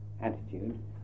attitude